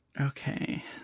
okay